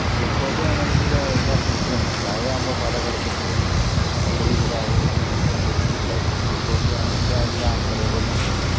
Bru coffee ആണെങ്കിൽ എല്ലാവർക്കും കുടിക്കാൻ പറ്റും ചായ ആകുമ്പോൾ പല കടുപ്പത്തിലും പല രീതിയിൽ ആളുകൾക്ക് കുടിക്കാൻ ബുദ്ധിമുട്ടുണ്ടായിരിക്കും ബ്രൂ കോഫി ആണെങ്കിൽ എല്ലാം ഒരെപോലെ ഇരിക്കുമല്ലൊ